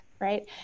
Right